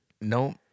no